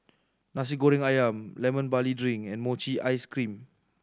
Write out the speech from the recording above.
Nasi Goreng Ayam Lemon Barley Drink and mochi ice cream